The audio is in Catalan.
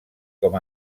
com